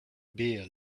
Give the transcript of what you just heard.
beer